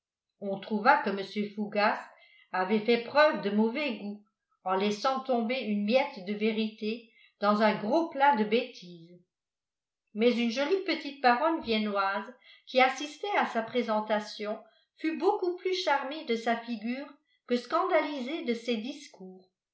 on trouva que mr fougas avait fait preuve de mauvais goût en laissant tomber une miette de vérité dans un gros plat de bêtises mais une jolie petite baronne viennoise qui assistait à sa présentation fut beaucoup plus charmée de sa figure que scandalisée de ses discours